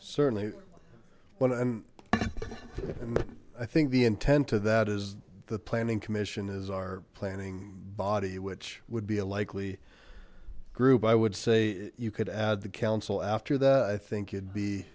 certainly when and i think the intent to that is the planning commission is our planning body which would be a likely group i would say you could add the council after that i think you'd be